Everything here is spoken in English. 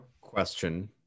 question